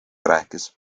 rääkis